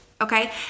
Okay